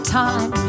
time